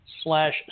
slash